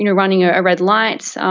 you know running ah a red light, so